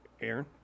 Aaron